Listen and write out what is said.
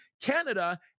Canada